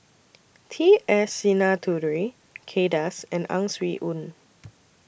T S Sinnathuray Kay Das and Ang Swee Aun